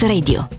Radio